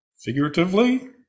figuratively